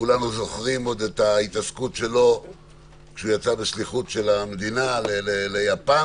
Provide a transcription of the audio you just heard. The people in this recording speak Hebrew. כולנו זוכרים את ההתעסקות שלו כשיצא בשליחות של המדינה ליפן,